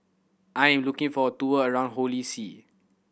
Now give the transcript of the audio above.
I am looking for a tour around Holy See